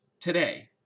today